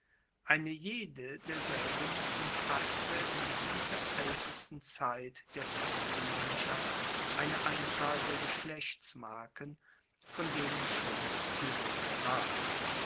eine jede derselben umfasste in dieser aeltesten zeit der feldgemeinschaft eine anzahl der geschlechtsmarken von denen schon die rede war